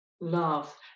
love